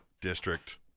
district